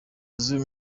z’uyu